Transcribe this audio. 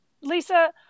Lisa